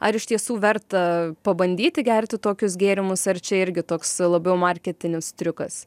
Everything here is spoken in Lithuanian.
ar iš tiesų verta pabandyti gerti tokius gėrimus ar čia irgi toks labiau marketinis triukas